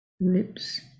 lips